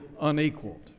unequaled